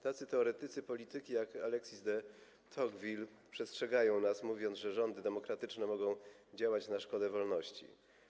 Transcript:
Tacy teoretycy polityki jak Alexis de Tocqueville przestrzegają nas, mówiąc, że rządy demokratyczne mogą działać na szkodę wolności.